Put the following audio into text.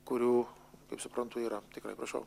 kurių kaip suprantu yra tikrai prašau